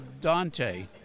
Dante